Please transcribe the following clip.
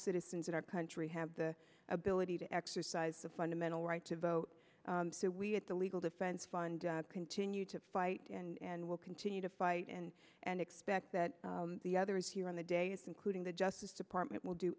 citizens in our country have the ability to exercise the fundamental right to vote so we at the legal defense fund continue to fight and will continue to fight and and expect that the other is here on the day as including the justice department will do